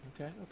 Okay